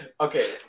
Okay